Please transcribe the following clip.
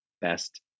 Best